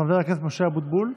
חבר הכנסת משה אבוטבול,